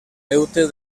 deute